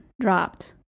dropped